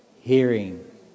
hearing